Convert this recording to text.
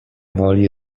woli